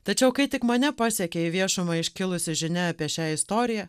tačiau kai tik mane pasiekė į viešumą iškilusi žinia apie šią istoriją